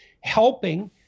helping